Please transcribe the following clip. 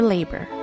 Labor